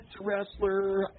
wrestler